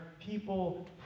people